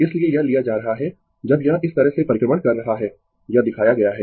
इसलिए यह लिया जा रहा है जब यह इस तरह से परिक्रमण कर रहा है यह दिखाया गया है